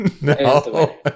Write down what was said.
no